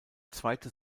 zweite